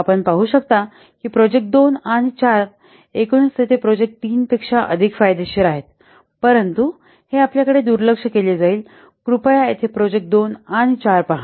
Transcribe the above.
आपण पाहू शकता की प्रोजेक्ट 2 आणि 4 एकूणच तेथे प्रोजेक्ट 3 पेक्षा अधिक फायदेशीर आहे परंतु हे आपल्याकडे दुर्लक्ष केले जाईल कृपया येथे प्रोजेक्ट 2 आणि 4 पहा